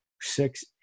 six